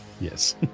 yes